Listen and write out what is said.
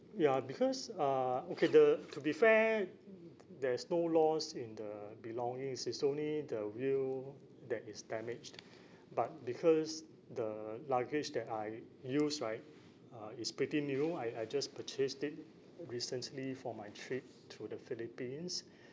ya because uh okay the to be fair there's no loss in the belongings it's only the wheel that is damaged but because the luggage that I used right uh is pretty new I I just purchased it recently for my trip to the philippines